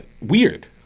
weird